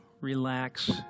relax